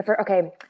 Okay